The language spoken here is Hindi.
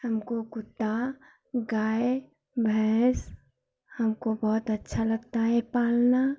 हमको कुत्ता गाय भैंस हमको बहुत अच्छा लगता है पालना